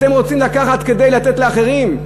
אתם רוצים לקחת כדי לתת לאחרים.